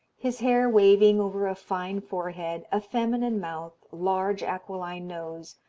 his hair waving over a fine forehead, a feminine mouth, large, aquiline nose,